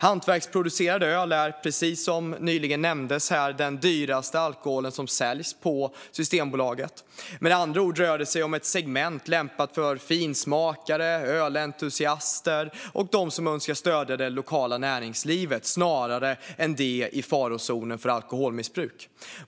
Hantverksproducerat öl är, precis som nyligen nämndes här, den dyraste alkohol som säljs på Systembolaget. Med andra ord rör det sig om ett segment lämpat för finsmakare, ölentusiaster och dem som önskar stödja det lokala näringslivet snarare än för dem som är i farozonen för alkoholmissbruk.